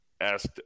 Asked